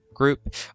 group